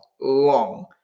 long